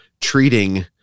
treating